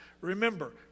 Remember